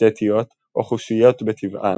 אסתטיות או חושיות בטבען,